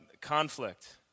conflict